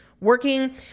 working